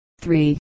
three